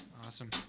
Awesome